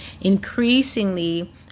increasingly